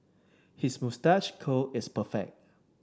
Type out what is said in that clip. his moustache curl is perfect